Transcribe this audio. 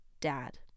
dad